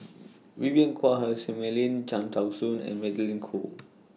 Vivien Quahe Seah Mei Lin Cham Tao Soon and Magdalene Khoo